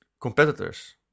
competitors